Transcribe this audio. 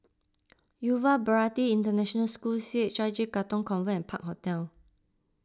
Yuva Bharati International School C H I J Katong Convent and Park Hotel